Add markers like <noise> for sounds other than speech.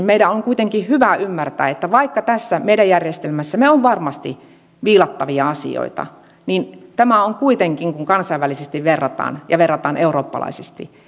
<unintelligible> meidän on kuitenkin hyvä ymmärtää että vaikka tässä meidän järjestelmässämme on varmasti viilattavia asioita niin tämä on kuitenkin kun kansainvälisesti verrataan ja verrataan eurooppalaisesti <unintelligible>